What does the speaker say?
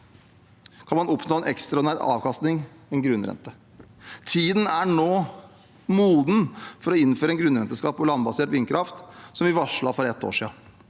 kan man oppnå en ekstraordinær avkastning, en grunnrente. Tiden er nå moden for å innføre en grunnrenteskatt på landbasert vindkraft, som vi varslet for ett år siden.